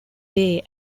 day